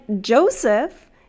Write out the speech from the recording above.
Joseph